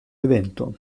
evento